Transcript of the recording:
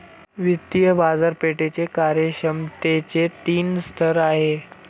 वित्तीय बाजारपेठेच्या कार्यक्षमतेचे तीन स्तर आहेत